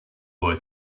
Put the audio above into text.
boy